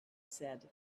said